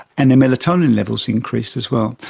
and their melatonin levels increased as well.